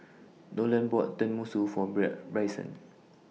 Nolen bought Tenmusu For Bread Bryson